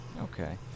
Okay